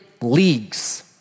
leagues